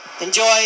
Enjoy